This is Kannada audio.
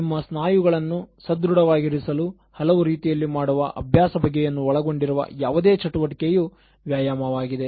ನಿಮ್ಮ ಸ್ನಾಯುಗಳನ್ನು ಸದೃಢವಾಗಿರಲು ಹಲವು ರೀತಿಯಲ್ಲಿ ಮಾಡುವ ಅಭ್ಯಾಸ ಬಗೆಯನ್ನು ಒಳಗೊಂಡಿರುವ ಯಾವುದೇ ಚಟುವಟಿಕೆಯು ವ್ಯಾಯಾಮವಾಗಿದೆ